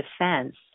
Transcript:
defense